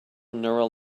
neural